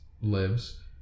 lives